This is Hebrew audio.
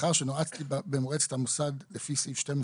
לאחר שנועצתי במועצת המוסד לפי סעיף 12